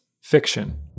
Fiction